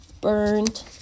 Burned